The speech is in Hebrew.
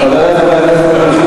בירן, להלן: